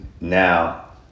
Now